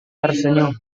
tersenyum